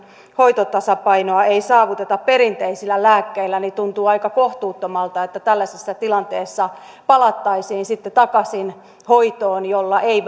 hoitotasapainoa ei saavuteta perinteisillä lääkkeillä niin tuntuu aika kohtuuttomalta että tällaisessa tilanteessa palattaisiin sitten takaisin hoitoon jolla ei